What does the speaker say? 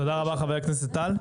תודה רבה חבר הכנסת טל.